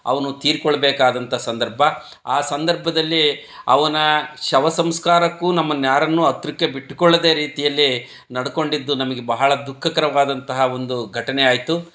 ಅವನು ತೀರಿಕೊಳ್ಬೇಕಾದಂಥ ಸಂದರ್ಭ ಆ ಸಂದರ್ಭದಲ್ಲಿ ಅವನ ಶವ ಸಂಸ್ಕಾರಕ್ಕೂ ನಮ್ಮನ್ಯಾರನ್ನೂ ಹತ್ರಕ್ಕೆ ಬಿಟ್ಟುಕೊಳ್ದ ರೀತಿಯಲ್ಲಿ ನಡ್ಕೊಂಡಿದ್ದು ನಮಗೆ ಬಹಳ ದುಃಖಕರವಾದಂತಹ ಒಂದು ಘಟನೆ ಆಯಿತು